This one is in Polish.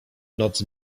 noc